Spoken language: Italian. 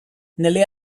nelle